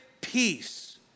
peace